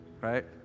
right